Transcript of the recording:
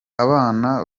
abana